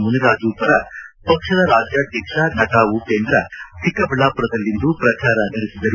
ಮುನಿರಾಜು ಪರ ಪಕ್ಷದ ರಾಜ್ಮಾಧ್ವಕ್ಷ ನಟ ಉಪೇಂದ್ರ ಚಿಕ್ಕಬಳ್ಳಾಮದಲ್ಲಿಂದು ಪ್ರಚಾರ ನಡೆಸಿದರು